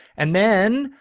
and then.